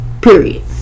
Period